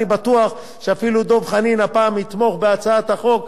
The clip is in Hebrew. אני בטוח שאפילו דב חנין הפעם יתמוך בהצעת החוק,